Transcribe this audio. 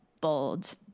bold